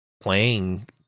playing